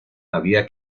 había